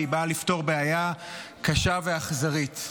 והיא באה לפתור בעיה קשה ואכזרית.